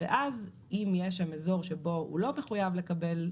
ואז אם יש שם אזור שבו הוא לא מחויב לקבל,